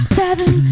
seven